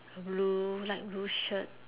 blue light blue shirt